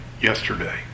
yesterday